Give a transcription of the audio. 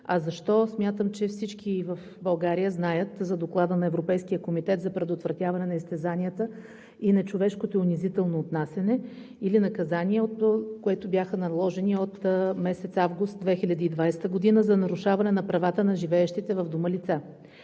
А защо? Смятам, че всички в България знаят за Доклада на Европейския комитет за предотвратяване на изтезанията и на човешкото унизително отнасяне, или наказанията, които бяха наложени от месец август 2020 г. за нарушаване на правата на живеещите в Дома лица.